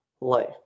life